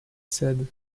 said